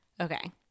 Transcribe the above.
Okay